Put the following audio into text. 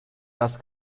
das